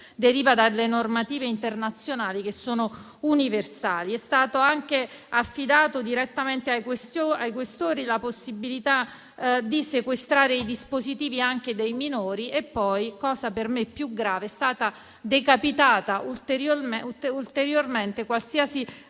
deriva dalle normative internazionali, che sono universali. È stata anche affidata direttamente ai questori la possibilità di sequestrare i dispositivi dei minori e poi, cosa per me più grave, è stata ulteriormente decapitata